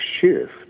shift